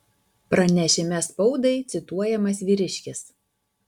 pranešime spaudai cituojamas vyriškis